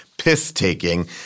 piss-taking